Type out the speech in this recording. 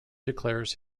declares